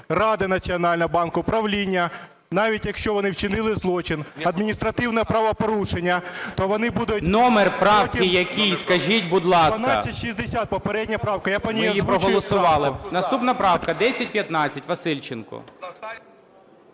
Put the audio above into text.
Ради Національного банку, Правління, навіть якщо вони вчинили злочин, адміністративне правопорушення, то вони будуть… ГОЛОВУЮЧИЙ. Номер правки який, скажіть, будь ласка. КАЧУРА О.А. 1260 попередня правка, я по ній озвучую… ГОЛОВУЮЧИЙ. Ми її проголосували. Наступна правка 1015, Васильченко.